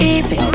Easy